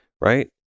right